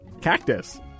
cactus